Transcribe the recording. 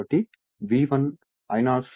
కాబట్టి V1 I0 cos ∅0 W i